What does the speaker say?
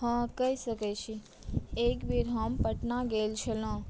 हँ कहि सकै छी एक बेर हम पटना गेल छलहुँ